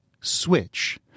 switch